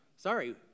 Sorry